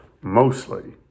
mostly